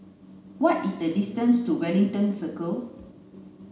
what is the distance to Wellington Circle